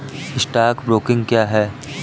Stock broking क्या है?